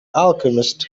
alchemist